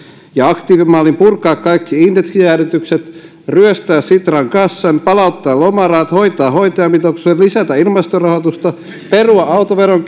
ja aktiivimallin purkaa kaikki indeksijäädytykset ryöstää sitran kassan palauttaa lomarahat hoitaa hoitajamitoitukset lisätä ilmastorahoitusta perua autoveron